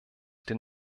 den